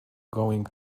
going